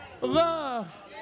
Love